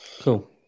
Cool